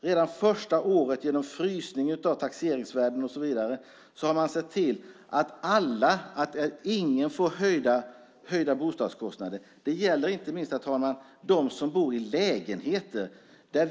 Redan första året, genom frysningen av taxeringsvärdena och så vidare, har man sett till att ingen får höjda bostadskostnader. Herr talman! Detta gäller inte minst dem som bor i lägenheter.